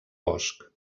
bosc